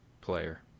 player